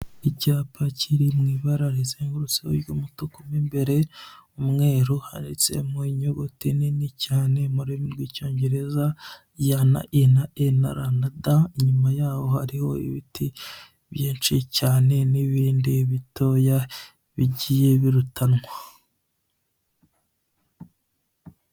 Icyapa kiri mu ibara rizengurutse ry'umutuku mo imbere umweru, hatsemo inyuguti nini cyane mu rurimi rw'Icyongereza Y na I na E na R ba T, inyuma y'aho hariho ibiti byinshi cyane n'ibindi bitoya bigiye birutanwa.